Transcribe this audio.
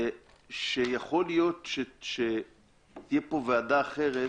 שיכול להיות שתהיה פה ועדה אחרת